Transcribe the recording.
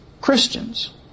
Christians